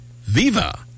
Viva